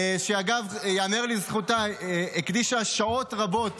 ייאמר לזכותה שהקדישה שעות רבות